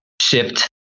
shift